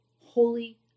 Holy